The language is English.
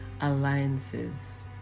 Alliance's